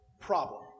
problem